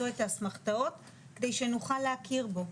את האסמכתאות כדי שנוכל להכיר בו.